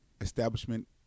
establishment